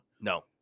No